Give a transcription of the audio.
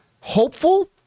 hopeful